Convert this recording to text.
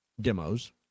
demos